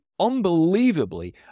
unbelievably